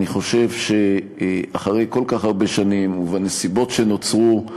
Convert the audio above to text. אני חושב שאחרי כל כך הרבה שנים, ובנסיבות שנוצרו,